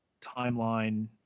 timeline